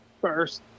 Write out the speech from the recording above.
first